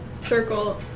circle